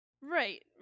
Right